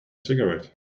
cigarette